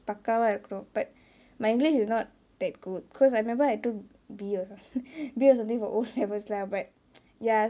பக்காவா இருக்கு:pakkavaa iruku but my english is not that good because I remember I took B or something B or something for O levels lah but ya